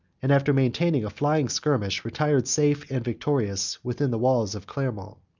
and, after maintaining a flying skirmish, retired safe and victorious within the walls of clermont.